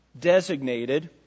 designated